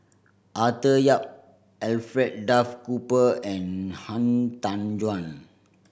Arthur Yap Alfred Duff Cooper and Han Tan Juan